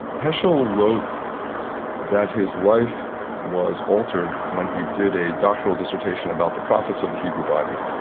heschel wrote that his life was altered when he did a doctoral dissertation about the prophets of the hebrew bible.